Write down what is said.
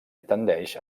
tendeix